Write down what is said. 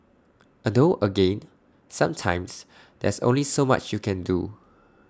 although again sometimes there's only so much you can do